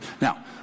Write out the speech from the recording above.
now